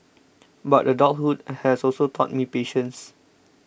but adulthood has also taught me patience